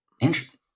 Interesting